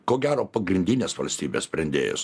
ko gero pagrindinės valstybės sprendėjos